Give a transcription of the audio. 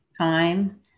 time